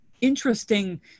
interesting